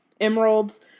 emeralds